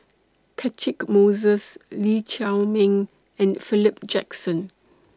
Catchick Moses Lee Chiaw Meng and Philip Jackson